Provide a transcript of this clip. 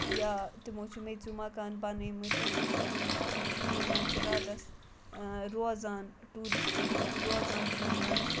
یا تِمو چھِ میٚژِوٗ مَکان بَنٲمٕتۍ أنٛدرٕ چھِ تِم تِمَن منٛز چھِ راتَس روزان ٹوٗرِسٹ رو روزان تِمَن منٛز